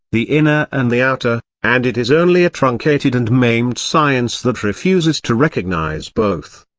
the inner and the outer and it is only a truncated and maimed science that refuses to recognise both.